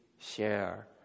share